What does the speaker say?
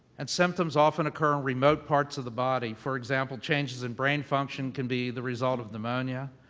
and symptoms often occur in remote parts of the body. for example, changes in brain function can be the result of pneumonia,